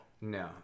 No